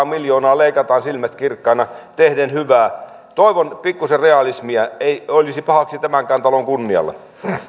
miljoonaa leikataan silmät kirkkaina tehden hyvää toivon pikkuisen realismia ei olisi pahaksi tämänkään talon kunnialle